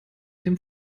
dem